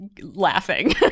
laughing